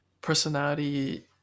personality